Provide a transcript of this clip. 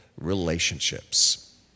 relationships